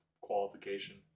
qualification